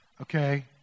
Okay